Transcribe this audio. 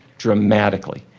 dramatically.